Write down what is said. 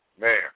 Man